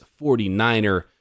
49er